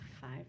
five